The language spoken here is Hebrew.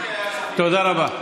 תודה רבה.